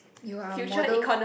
you are a model